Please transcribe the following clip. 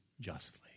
justly